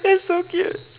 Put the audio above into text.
that's so cute